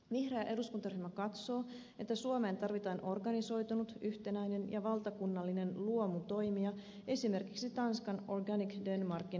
vihreä eduskuntaryhmä katsoo että suomeen tarvitaan organisoitunut yhtenäinen ja valtakunnallinen luomutoimija esimerkiksi tanskan organic denmarkin mallin mukaan